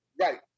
Right